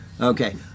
Okay